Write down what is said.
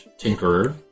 tinkerer